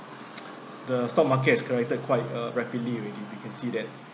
(pop) the stock market is corrected quite uh rapidly already we can see that